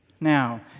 Now